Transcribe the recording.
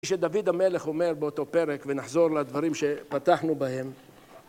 כשדוד המלך אומר באותו פרק, ונחזור לדברים שפתחנו בהם..